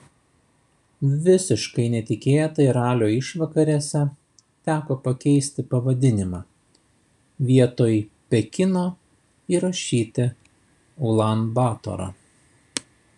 visiškai netikėtai ralio išvakarėse teko pakeisti pavadinimą vietoj pekino įrašyti ulan batorą